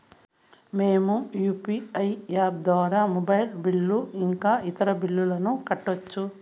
మేము UPI app ద్వారా mobile bill ఇంకా ఇతర బిల్లులను కట్టొచ్చు